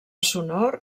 sonor